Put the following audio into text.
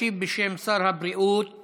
ישיב בשם שר הבריאות